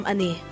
Ani